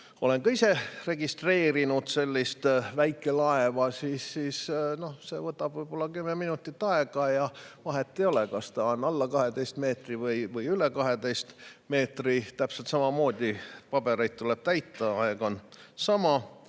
Olen ka ise registreerinud sellise väikelaeva. See võtab võib-olla kümme minutit aega, vahet ei ole, kas laev on alla 12 meetri või üle 12 meetri, täpselt samamoodi tuleb pabereid täita, aeg on sama.